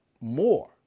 more